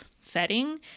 setting